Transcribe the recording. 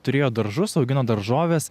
turėjo daržus augino daržoves